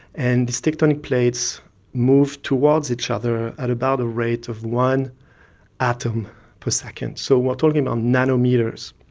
and these tectonic plates move towards each other at about a rate of one atom per second. so we are talking about nanometres.